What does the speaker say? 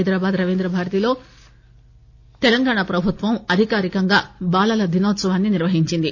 హైదరాబాద్ రవీంద్రభారతిలో తెలంగాణ ప్రభుత్వం అధికారికంగా బాలల దినోత్సవాన్ని నిర్వహించింది